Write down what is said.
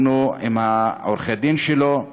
אנחנו, עם עורכי-הדין שלו,